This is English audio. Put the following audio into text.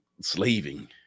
slaving